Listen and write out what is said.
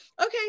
Okay